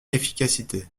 efficacité